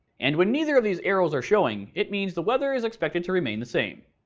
and when neither of these arrows are showing, it means the weather is expected to remain the same.